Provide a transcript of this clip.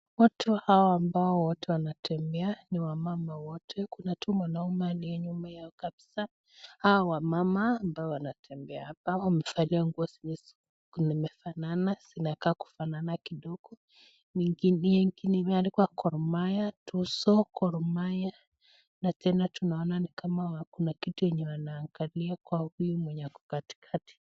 Watu hawa ambao wote wanatembea ni wamama wote. Kuna tu mwanamume aliye nyuma yao kabisa. Hawa wamama ambao wanatembea hapa wamevalia nguo zenye zimefanana zinafanana kidogo. Nyingine imeandikwa Tuzo, Gorrh marhia na tena tunaona ni kama kuna kitu yenye wanaangalia kwa huyu mwenye ako katikati.